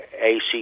AC